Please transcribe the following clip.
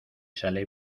sale